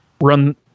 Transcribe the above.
run